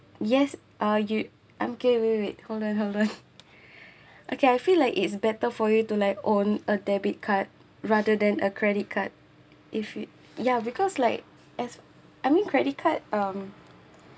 yes uh you okay wait wait hold on hold on okay I feel like it's better for you to like own a debit card rather than a credit card if you ya because like as I mean credit card um